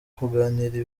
kuganira